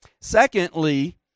Secondly